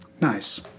nice